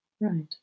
Right